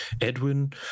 Edwin